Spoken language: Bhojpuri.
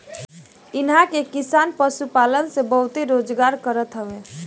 इहां के किसान पशुपालन से बहुते रोजगार करत हवे